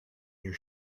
your